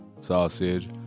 sausage